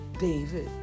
David